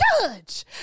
judge